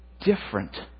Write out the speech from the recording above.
different